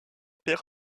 père